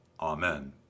Amen